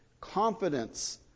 confidence